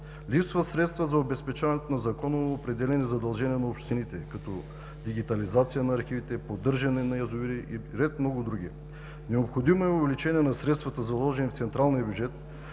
Липсват средства за обезпечаването на законово определени задължения на общините като дигитализация на реките, поддържане на язовири и ред много други. Необходимо е увеличение на средствата, заложени в държавния бюджет